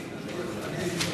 אני הייתי כאן.